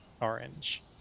orange